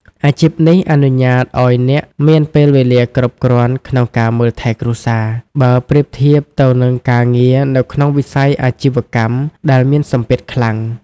អាជីពនេះអនុញ្ញាតឱ្យអ្នកមានពេលវេលាគ្រប់គ្រាន់ក្នុងការមើលថែគ្រួសារ បើប្រៀបធៀបទៅនឹងការងារនៅក្នុងវិស័យសាជីវកម្មដែលមានសម្ពាធខ្លាំង។